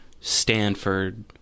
Stanford